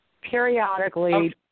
Periodically